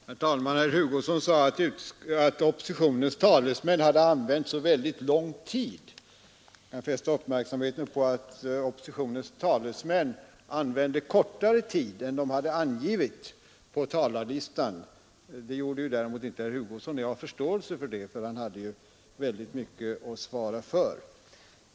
Herr talman! Herr Hugosson sade att oppositionens talesmän här hade använt så väldigt lång tid. Jag vill fästa uppmärksamheten på att oppositionens talesmän använde kortare tid än de hade angivit på talarlistan. Det gjorde däremot inte herr Hugosson, och jag har förståelse för det, för han har ju mycket att svara för.